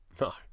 No